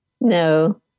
No